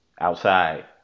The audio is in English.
outside